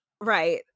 Right